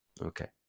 okay